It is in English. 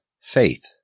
faith